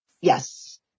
Yes